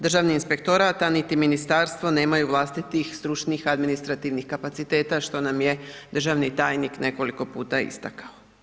Državni inspektorat a niti ministarstvo nemaju vlastitih stručnih, administrativnih kapaciteta što nam je državni tajnik nekoliko puta istakao.